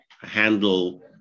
handle